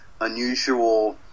unusual